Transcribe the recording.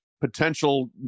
potential